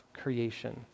creation